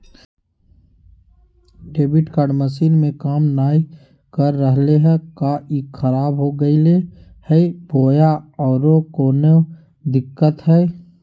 Debit card machine में काम नाय कर रहले है, का ई खराब हो गेलै है बोया औरों कोनो दिक्कत है?